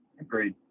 agreed